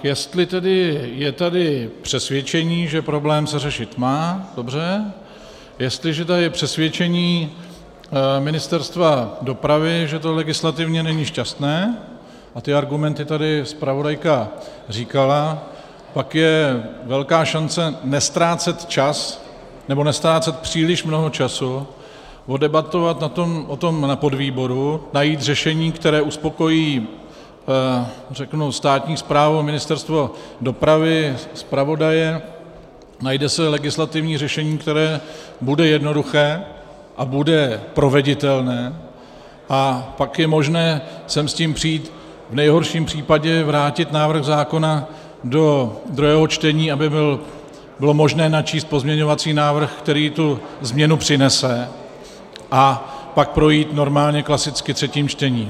Jestli je tady přesvědčení, že problém se řešit má, dobře, jestli je tady přesvědčení Ministerstva dopravy, že to legislativně není šťastné, a ty argumenty tady zpravodajka říkala, pak je velká šance neztrácet čas, nebo neztrácet příliš mnoho času, podebatovat o tom na podvýboru, najít řešení, které uspokojí státní správu, Ministerstvo dopravy, zpravodaje, najde se legislativní řešení, které bude jednoduché a bude proveditelné, a pak je možné sem s tím přijít, v nejhorším případě vrátit zákon do druhého čtení, aby bylo možné načíst pozměňovací návrh, který tu změnu přinese, a pak projít normálně klasicky třetím čtením.